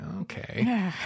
okay